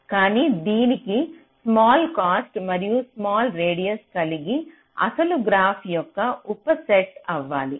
కానీ దీనికి small cost మరియు స్మాల్ రేడియస్ కలిగి అసలు గ్రాఫ్ యొక్క ఉప సెట్ అవ్వాలి